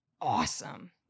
awesome